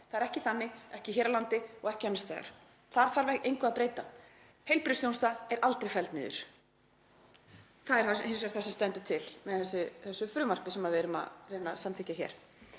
það er ekki þannig, ekki hér á landi og ekki annars staðar. Þar þarf engu að breyta. Heilbrigðisþjónusta er aldrei felld niður. Það er hins vegar það sem stendur til með þessu frumvarpi sem við erum að reyna að samþykkja hér.